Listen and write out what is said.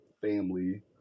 family